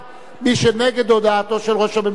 מי שנגד הודעתו של ראש הממשלה,